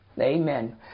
Amen